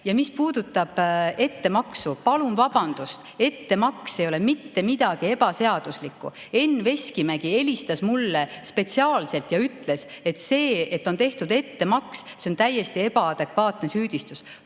Ja mis puudutab ettemaksu, siis palun vabandust, ettemaks ei ole mitte midagi ebaseaduslikku. Enn Veskimägi helistas mulle spetsiaalselt ja ütles, et see, et on tehtud ettemaks, on täiesti ebaadekvaatne süüdistus.